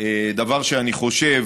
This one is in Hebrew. דבר שאני חושב,